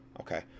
okay